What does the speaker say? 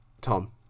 Tom